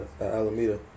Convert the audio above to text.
Alameda